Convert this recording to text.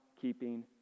keeping